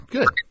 Good